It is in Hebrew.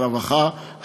משרד הרווחה,